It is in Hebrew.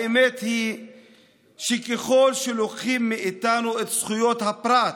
האמת היא שככל שלוקחים מאיתנו את זכויות הפרט,